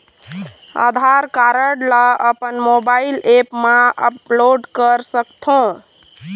आधार card ला अपन mobile app मा अपलोड कर सकथों?